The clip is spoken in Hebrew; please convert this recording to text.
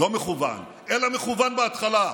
לא מכוון, אלא מכוון בהתחלה.